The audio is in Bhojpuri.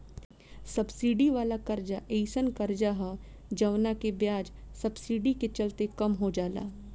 सब्सिडी वाला कर्जा एयीसन कर्जा ह जवना के ब्याज सब्सिडी के चलते कम हो जाला